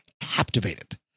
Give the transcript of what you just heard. captivated